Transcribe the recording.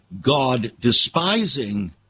God-despising